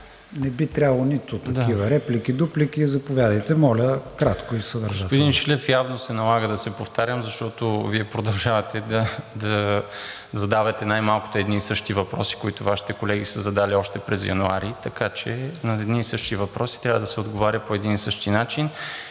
не би трябвало нито такива реплики, дуплики. Заповядайте – моля, кратко и съдържателно. МИНИСТЪР АТАНАС АТАНАСОВ: Господин Шилев, явно се налага да се повтарям, защото Вие продължавате да задавате най-малкото едни и същи въпроси, които Вашите колеги са задали още през януари. Така че на едни и същи въпроси трябва да се отговаря по един и същи начин.